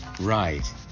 Right